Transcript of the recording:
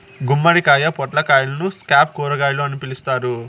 గుమ్మడికాయ, పొట్లకాయలను స్క్వాష్ కూరగాయలు అని పిలుత్తారు